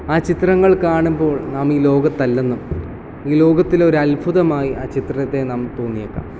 ആ ചിത്രങ്ങൾ കാണുമ്പോൾ നാം ഈ ലോകത്തല്ലെന്നും ഈ ലോകത്തിലെ ഒരത്ഭുതമായി ആ ചിത്രത്തെ നമുക്ക് തോന്നിയേക്കാം